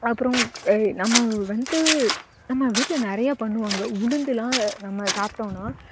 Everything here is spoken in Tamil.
அப்புறம் நம்ம வந்து நம்ம வீட்டில் நிறைய பண்ணுவாங்க உளுந்துலாம் நம்ம சாப்பிட்டோன்னா